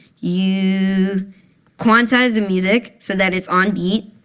you quantize the music so that it's on beat.